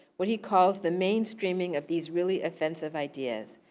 what he calls the mainstreaming of these really offensive ideas.